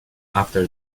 after